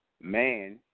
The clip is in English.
man